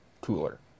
cooler